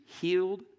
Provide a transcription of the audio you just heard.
healed